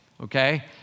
okay